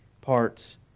parts